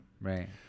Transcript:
Right